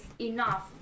enough